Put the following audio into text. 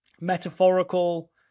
metaphorical